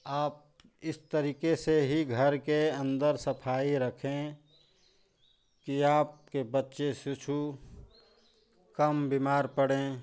आप इस तरीके से ही घर के अंदर सफाई रखें की आपके बच्चे शिशु कम बीमार पड़ें